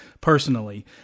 personally